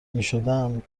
میشدند